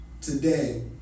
Today